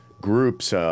groups